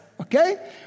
Okay